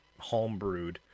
Homebrewed